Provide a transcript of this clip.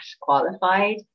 qualified